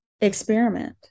experiment